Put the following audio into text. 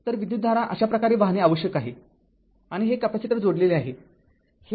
तर विद्युतधारा अशाप्रकारे वाहणे आवश्यक आहे आणि हे कॅपेसिटर जोडलेले आहे